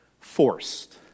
forced